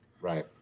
Right